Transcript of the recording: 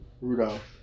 Rudolph